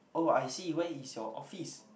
oh I see where is your office